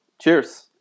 Cheers